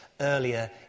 earlier